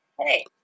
Hey